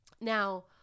Now